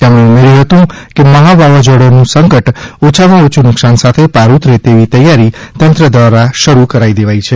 તેમણે ઉમેર્થું હતું કે મહા વાવાઝોડનું સંકટ ઓછામાં ઓછા નુકશાન સાથે પાર ઉતરે તેવી તૈયારી તંત્ર દ્વારા શરૂ કરી દેવાઇ છે